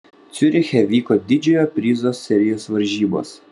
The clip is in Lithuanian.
ciuriche vyko didžiojo prizo serijos varžybos